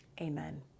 Amen